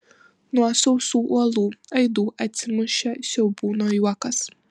nuo sausų uolų aidu atsimušė siaubūno juokas